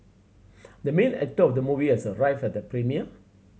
the main actor of the movie has arrived at the premiere